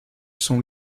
son